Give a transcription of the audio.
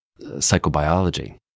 psychobiology